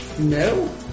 No